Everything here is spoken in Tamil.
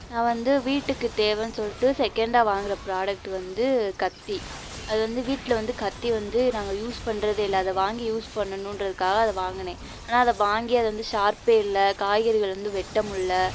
நான் வந்து வீட்டுக்கு தேவைனு சொல்லிட்டு செகண்ட்டாக வாங்குகிற ப்ராடெக்ட் வந்து கத்தி அது வந்து வீட்டில வந்து கத்தி வந்து நாங்கள் யூஸ் பண்ணுறதேயில்ல அதை வாங்கி யூஸ் பண்ணணுன்றத்துக்காக அது வாங்கினேன் ஆனால் அதை வாங்கி அதை வந்து ஷார்ப்பே இல்லை காய்கறிகள் வந்து வெட்ட முடில